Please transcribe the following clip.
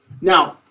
Now